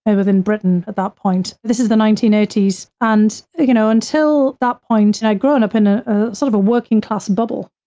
and within britain at that point. this is the nineteen eighty and you know, until that point, and i had grown up in a sort of a working-class bubble.